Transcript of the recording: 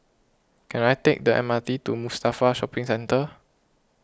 can I take the M R T to Mustafa Shopping Centre